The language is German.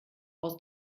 aus